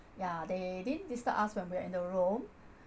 ya they didn't disturb us when we're in the room